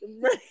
Right